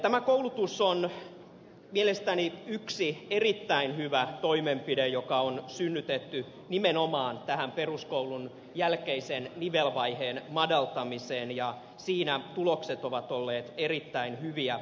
tämä koulutus on mielestäni yksi erittäin hyvä toimenpide joka on synnytetty nimenomaan peruskoulun jälkeisen nivelvaiheen madaltamiseen ja siinä tulokset ovat olleet erittäin hyviä